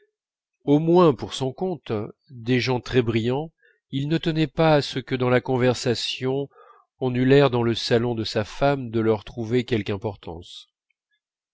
au moins pour son compte des gens très brillants il ne tenait pas à ce que dans la conversation on eût l'air dans le salon de sa femme de leur trouver quelque importance